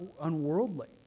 unworldly